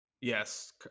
yes